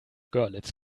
görlitz